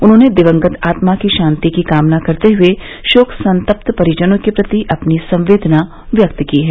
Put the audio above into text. उन्होंने दिवंगत आत्मा की शांति की कामना करते हुए शोक संतप्त परिजनों के प्रति अपनी संवेदना व्यक्त की है